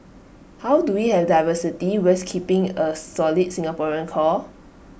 how do we have diversity whilst keeping A solid Singaporean core